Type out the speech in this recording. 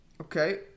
Okay